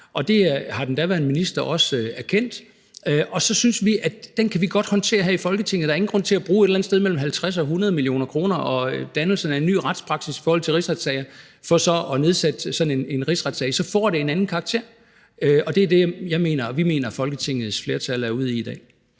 og det har den daværende minister også erkendt. Og så synes vi, at det kan vi godt håndtere her i Folketinget. Der er ingen grund til at bruge et eller andet sted mellem 50 og 100 mio. kr. og danne en ny retspraksis i forhold til rigsretssager for så at rejse sådan en rigsretssag. Så får det en anden karakter. Og det er det, som jeg mener og vi mener at Folketingets flertal er ude i i dag.